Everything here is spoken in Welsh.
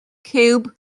ciwb